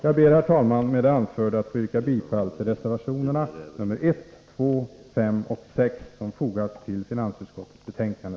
Jag ber, herr talman, att med det anförda yrka bifall till reservationerna 1, 2, 5 och 6 som fogats till finansutskottets betänkande.